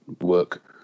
work